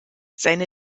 seine